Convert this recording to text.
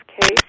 case